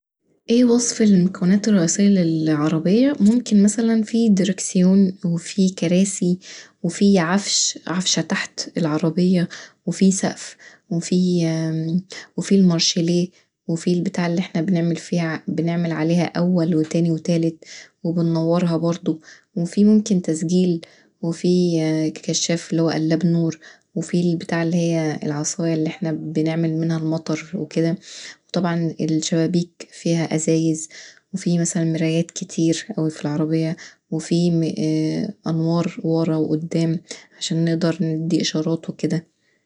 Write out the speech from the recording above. إيه وصف المكونات الرئيسية للعربيه؟ ممكن مثلافيه دركسيون وفيه كراسي وفيه عفش، عفشة تحت العربيه وفيه سقف وفيه المارشليه وفيه البتاعه اللي احنا بنعمل فيها، بنعمل عليها أول وتاني وتالت وبنورها برضو وفيه ممكن تسجيل، وفيه كشاف اللي هو قلاب نور، وفيه البتاع اللي هي العصايه اللي احنا بنعمل منها المطر وكدا وطبعا الشبابيك فيها أزايز وفيه مثلا مرايات كتير اوي في العربيه وفيت أنوار ورا وقدام عشان نقدر ندي إشارات وكدا.